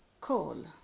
call